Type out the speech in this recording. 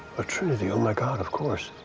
a trinity, oh my god, of course.